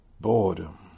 boredom